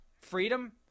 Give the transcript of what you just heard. freedom